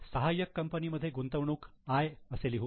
सहाय्यक कंपनीमध्ये गुंतवणूक 'I' असे लिहू